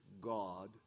God